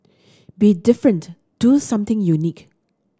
be different do something unique